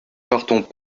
partons